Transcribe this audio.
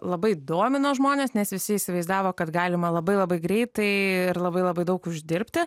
labai domino žmones nes visi įsivaizdavo kad galima labai labai greitai ir labai labai daug uždirbti